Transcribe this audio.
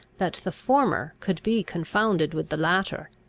that the former could be confounded with the latter,